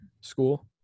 school